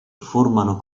formano